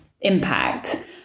impact